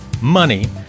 money